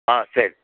ಹಾಂ ಸರಿ